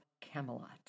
Camelot